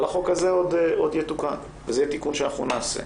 אבל החוק הזה עוד יתוקן וזה יהיה תיקון שאנחנו נעשה.